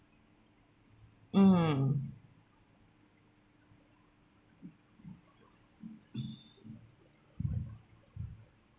mm